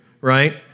right